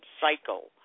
cycle